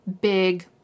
big